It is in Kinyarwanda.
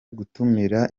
gutumira